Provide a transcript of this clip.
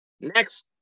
Next